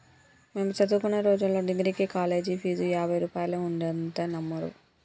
మేము చదువుకునే రోజుల్లో డిగ్రీకి కాలేజీ ఫీజు యాభై రూపాయలే ఉండేదంటే నమ్మరు